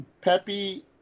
Pepe